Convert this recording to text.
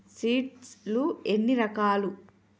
Seed లు ఎన్ని రకాలు?